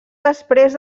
després